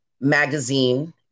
Magazine